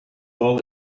all